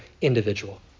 individual